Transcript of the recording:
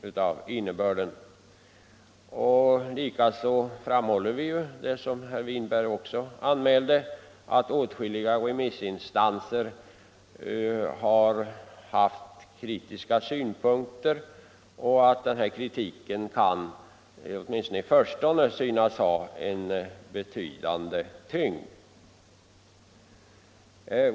Liksom herr Winberg också har gjort, framhåller vi att åtskilliga remissinstanser har anfört kritiska synpunkter och att den kritiken åtminstone i förstone kan synas ha en betydande tyngd.